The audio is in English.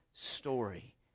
Story